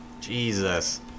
Jesus